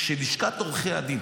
שלשכת עורכי הדין,